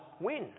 win